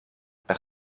per